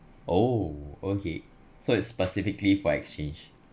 oh okay so it's specifically for exchange